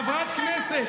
חברת כנסת,